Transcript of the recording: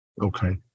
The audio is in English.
Okay